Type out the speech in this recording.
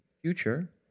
future